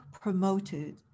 promoted